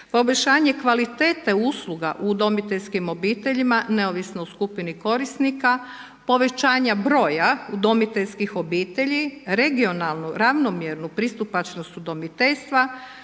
Poboljšanje kvalitete usluga u udomiteljskim obiteljima neovisno o skupini korisnika, povećanja broja udomiteljskih obitelji, regionalnu, ravnomjernu pristupačnost udomiteljstva,